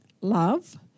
love